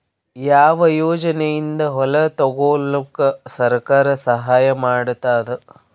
ಯಾವ ಯೋಜನೆಯಿಂದ ಹೊಲ ತೊಗೊಲುಕ ಸರ್ಕಾರ ಸಹಾಯ ಮಾಡತಾದ?